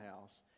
house